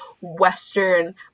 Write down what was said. Western